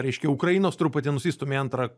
reiškia ukrainos truputį nusistumia į antrą